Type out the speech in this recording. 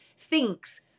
thinks